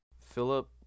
Philip